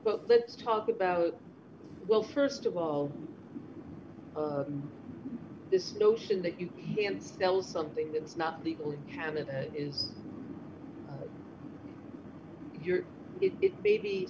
well let's talk about well st of all this notion that you can still something that's not legal in canada is your it baby